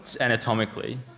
anatomically